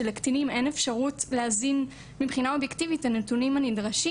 שלקטינים אין אפשרות מבחינה אובייקטיבית להזין את הנתונים הנדרשים.